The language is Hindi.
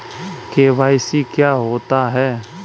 के.वाई.सी क्या होता है?